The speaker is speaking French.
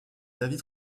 david